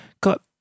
got